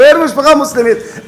זוהיר ממשפחה מוסלמית,